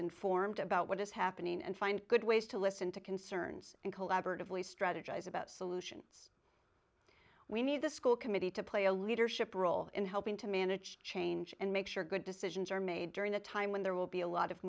informed about what is happening and find good ways to listen to concerns and collaboratively strategize about solutions we need the school committee to play a leadership role in helping to manage change and make sure good decisions are made during a time when there will be a lot of